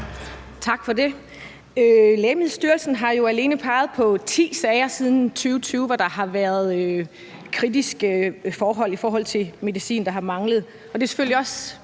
Tak for det. Lægemiddelstyrelsen har jo alene peget på ti sager siden 2020, hvor der har været kritiske forhold i forhold til medicin, der har manglet. Det er selvfølgelig ti